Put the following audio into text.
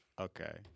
Okay